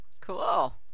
cool